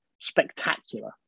spectacular